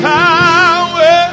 power